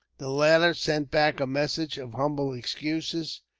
the latter sent back a message of humble excuses,